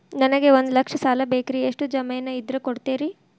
ನನಗೆ ಒಂದು ಲಕ್ಷ ಸಾಲ ಬೇಕ್ರಿ ಎಷ್ಟು ಜಮೇನ್ ಇದ್ರ ಕೊಡ್ತೇರಿ?